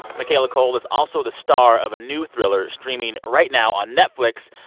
michaela coel is also the star of a new thriller streaming right now on netflix.